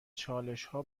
چالشها